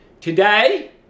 Today